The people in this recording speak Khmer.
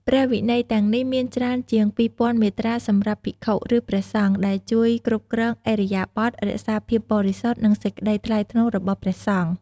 ព្រះវិន័យទាំងនេះមានច្រើនជាង ២០០ មាត្រាសម្រាប់ភិក្ខុ ឬព្រះសង្ឃ ដែលជួយគ្រប់គ្រងឥរិយាបថ រក្សាភាពបរិសុទ្ធ និងសេចក្ដីថ្លៃថ្នូររបស់ព្រះសង្ឃ។